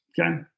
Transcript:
okay